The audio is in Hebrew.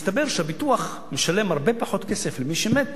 הסתבר שהביטוח משלם הרבה פחות כסף למי שמת